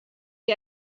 que